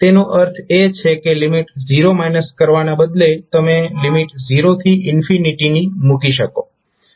તેનો અર્થ એ છે કે લિમિટ 0 કરવાને બદલે તમે લિમિટ 0 થી ની મૂકી શકો છો